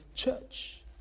church